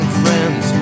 friends